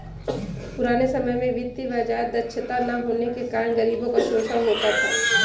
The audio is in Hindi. पुराने समय में वित्तीय बाजार दक्षता न होने के कारण गरीबों का शोषण होता था